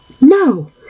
No